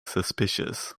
suspicious